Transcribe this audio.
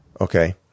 okay